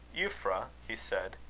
euphra, he said,